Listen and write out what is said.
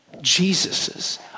Jesus's